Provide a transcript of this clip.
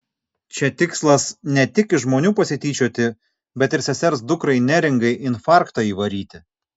čia tikslas ne tik iš žmonių pasityčioti bet ir sesers dukrai neringai infarktą įvaryti